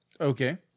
Okay